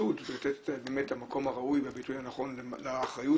ובמיסוד לתת את המקום הראוי והביטוי הנכון לאחריות